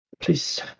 Please